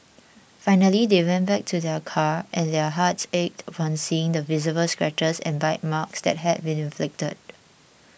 finally they went back to their car and their hearts ached upon seeing the visible scratches and bite marks